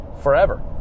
forever